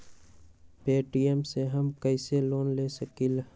Paytm से हम कईसे लोन ले सकीले?